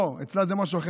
לא, אצלה זה משהו אחר.